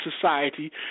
society